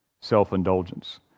self-indulgence